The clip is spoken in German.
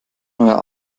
neuer